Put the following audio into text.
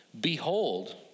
behold